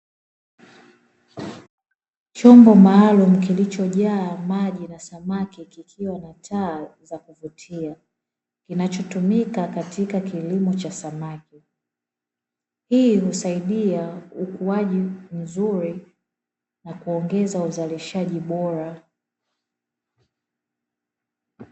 Chombo maalumu kilichojaa maji na samaki kikiwa na taa za kuvutia, kinachotumika katika kilimo cha samaki. Hii husaidia ukuaji mzuri na kuongeza uzalishaji bora.